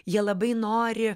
jie labai nori